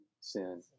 Sin